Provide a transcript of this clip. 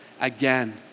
again